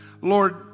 Lord